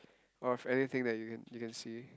of anything that you can you can see